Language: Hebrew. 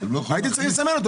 הייתם צריכים לסמן אותו.